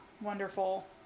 Wonderful